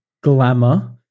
glamour